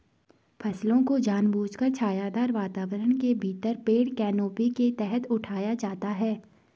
फसलों को जानबूझकर छायादार वातावरण के भीतर पेड़ कैनोपी के तहत उठाया जाता है